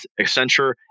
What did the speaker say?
Accenture